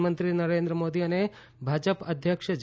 પ્રધાનમંત્રી નરેન્દ્ર મોદી અને ભાજપા અધ્યક્ષ જે